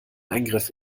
eingriff